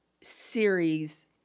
series